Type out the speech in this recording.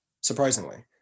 surprisingly